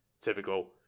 Typical